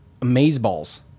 amazeballs